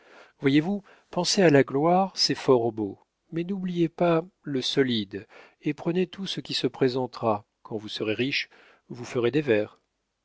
voyez-vous penser à la gloire c'est fort beau mais n'oubliez pas le solide et prenez tout ce qui se présentera quand vous serez riche vous ferez des vers